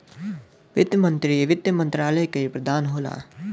वित्त मंत्री वित्त मंत्रालय क प्रधान होला